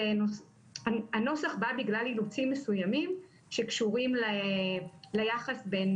הנוסח בא בגלל אילוצים מסוימים שקשורים ליחס בין